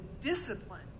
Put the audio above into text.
discipline